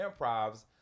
Improvs